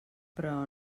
però